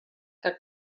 que